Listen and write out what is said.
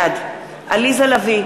בעד עליזה לביא,